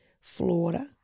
Florida